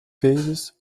phases